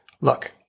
Look